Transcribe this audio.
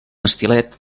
estilet